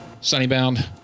Sunnybound